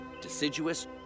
deciduous